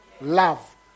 Love